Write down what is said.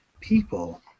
people